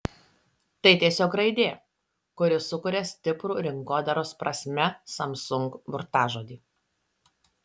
tai tiesiog raidė kuri sukuria stiprų rinkodaros prasme samsung burtažodį